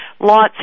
lots